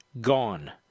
gone